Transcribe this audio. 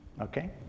okay